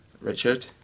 Richard